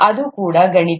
ಅದು ಕೂಡ ಗಣಿತ